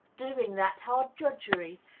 doing that hard drudgery,